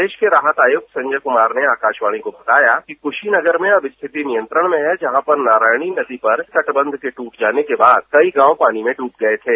प्रदेश के राहत आयुक्त संजय कुमार ने आकाशवाणी को बताया कि कुशी नगर में अब स्थिति नियंत्रण में है जहां पर नारायणी नदी पर तटबंध के दूट जाने के बाद कई गांव पानी में डूब गए थे